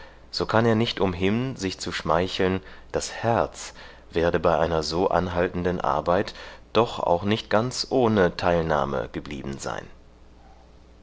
so kann er nicht umhin sich zu schmeicheln das herz werde bei einer so anhaltenden arbeit doch auch nicht ganz ohne teilnahme geblieben sein